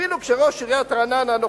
אפילו כשראש עיריית רעננה הנוכחי,